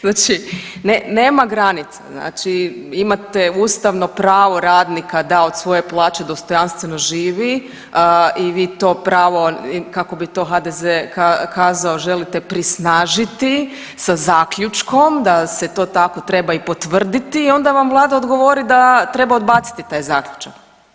Znači nema granica, znači imate ustavno pravo radnika da od svoje plaće dostojanstveno živi i ti to pravo, kako bi to HDZ kazao, želite prisnažiti sa zaključkom da se to tako treba i potvrditi, onda vam Vlada odgovori da treba odbaciti taj Zaključak.